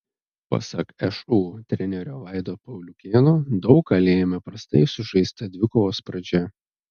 pasak šu trenerio vaido pauliukėno daug ką lėmė prastai sužaista dvikovos pradžia